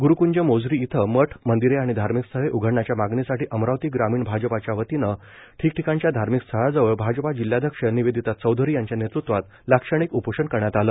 ग्रुक्ंज मोझरी इथं मठ मंदिरे आणि धार्मिक स्थळे उघडण्याच्या मागणीसाठी अमरावती ग्रामीण भाजपाच्या वतीनं ठिकठिकाणच्या धार्मिक स्थळाजवळ भाजपा जिल्हाध्यक्ष निवेदिता चौधरी यांच्या नेतृत्वात लाक्षणिक उपोषण करण्यात आले